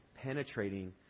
penetrating